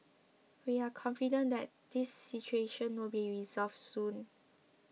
we are confident that this situation will be resolved soon